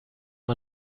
man